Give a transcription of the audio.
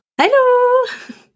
Hello